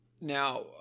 now